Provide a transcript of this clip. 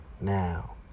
Now